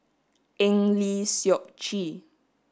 Eng Lee Seok Chee